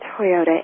Toyota